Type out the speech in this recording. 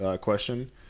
question